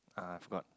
ah forgot